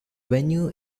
venue